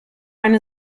eine